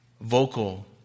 vocal